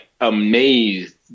amazed